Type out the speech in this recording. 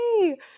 hey